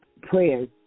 prayers